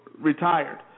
retired